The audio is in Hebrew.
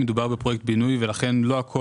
מדובר בפרויקט בינוי ולכן לא הכול בוצע.